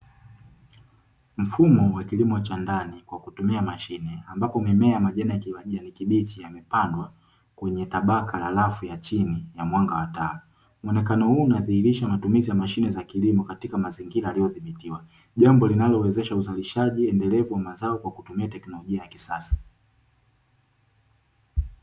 Mfumo wa kilimo cha ndani kwa kutumia mashine, ambapo mimea ya majani ya kijani kibichi imepandwa kwenye tabaka la rafu ya chini ya mwanga wa taa; muonekano huu unadhihirisha matumizi ya mashine za kilimo katika mazingira aliyodhibitiwa, jambo linalowezesha uzalishaji endelevu wa mazao kwa kutumia teknolojia ya kisasa.